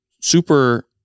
super